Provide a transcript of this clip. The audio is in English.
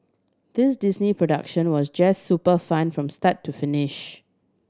this Disney production was just super fun from start to finish